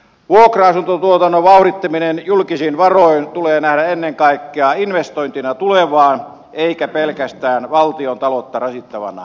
vuokra asuntotuotannon vauhdittaminen julkisin varoin tulee nähdä ennen kaikkea investointina tulevaan eikä pelkästään valtiontaloutta rasittavana menneenä